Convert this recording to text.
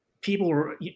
people